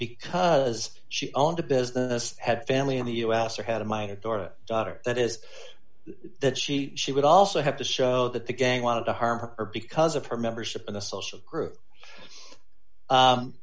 because she owned a business had family in the us or had a minor or a daughter that is that she she would also have to show that the gang wanted to harm her or because of her membership in a social group